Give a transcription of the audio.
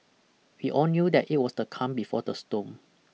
we all knew that it was the calm before the storm